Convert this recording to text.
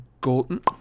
golden